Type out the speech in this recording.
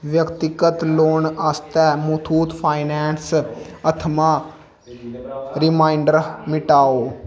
व्यक्तिगत लोन आस्तै मुथूट फाइनैंस थमां रिमाइंडर मिटाओ